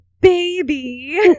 baby